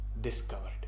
discovered